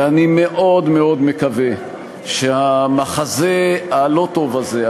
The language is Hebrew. ואני מאוד מאוד מקווה שהמחזה הלא-טוב הזה,